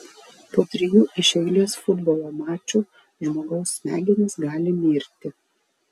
po trijų iš eilės futbolo mačų žmogaus smegenys gali mirti